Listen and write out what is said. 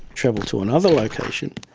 travel to another location,